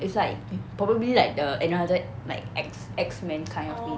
it's like probably like the another like X-men kind of thing